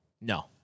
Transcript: No